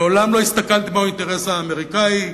מעולם לא הסתכלתי מהו האינטרס האמריקני,